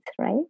right